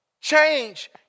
change